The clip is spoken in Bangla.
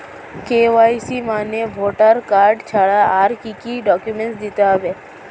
কে.ওয়াই.সি মানে ভোটার কার্ড ছাড়া আর কি কি ডকুমেন্ট দিতে হবে?